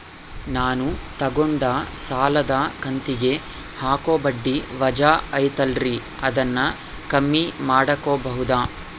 ನಾನು ತಗೊಂಡ ಸಾಲದ ಕಂತಿಗೆ ಹಾಕೋ ಬಡ್ಡಿ ವಜಾ ಐತಲ್ರಿ ಅದನ್ನ ಕಮ್ಮಿ ಮಾಡಕೋಬಹುದಾ?